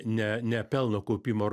ne ne pelno kaupimo ar